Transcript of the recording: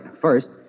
First